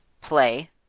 Play